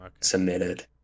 submitted